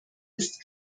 ist